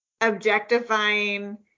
objectifying